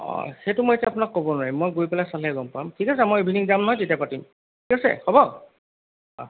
অঁ সেইটো মই এতিয়া আপোনাক ক'ব নোৱাৰিম মই গৈ পেলাই চালহে গম পাম ঠিক আছে মই ইভিনিং যাম নহয় তেতিয়া পাতিম ঠিক আছে হ'ব অঁ